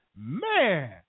man